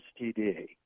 STD